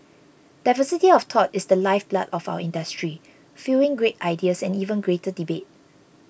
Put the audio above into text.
diversity of thought is the lifeblood of our industry fuelling great ideas and even greater debate